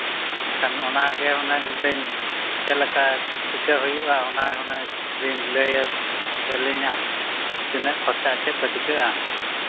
ᱮᱱᱠᱷᱟᱱ ᱚᱱᱟᱜᱮ ᱦᱩᱱᱟᱹᱝ ᱞᱤᱧ ᱪᱮᱫ ᱞᱮᱠᱟ ᱪᱤᱠᱟᱹ ᱦᱩᱭᱩᱜᱼᱟ ᱚᱱᱟ ᱦᱩᱱᱟᱹᱝ ᱞᱤᱧ ᱞᱟᱹᱭ ᱟᱹᱞᱤᱧᱟ ᱛᱤᱱᱟᱹᱜ ᱠᱷᱚᱨᱪᱟ ᱪᱮᱫ ᱠᱚ ᱪᱤᱠᱟᱹᱜᱼᱟ